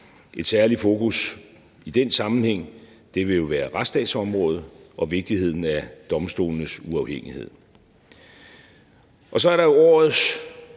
Et særligt fokus i den sammenhæng vil jo være retsstatsområdet og vigtigheden af domstolenes uafhængighed. Så er der jo årets